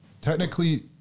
technically